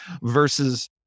versus